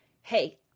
Hey